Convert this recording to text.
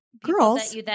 girls